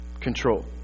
control